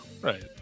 right